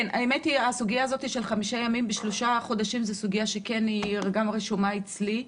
הסוגיה של חמישה ימים בשלושה חודשים היא סוגיה שרשומה אצלי.